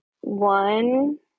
one